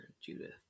Judith